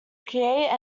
create